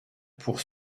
pour